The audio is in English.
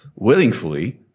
willingfully